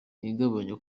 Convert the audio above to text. igabanya